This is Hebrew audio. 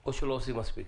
או שלא עושים מספיק.